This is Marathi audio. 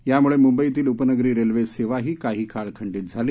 यामुळे मुंबईतील उपनगरी रेल्वेसेवाही काही काळ खंडीत झाली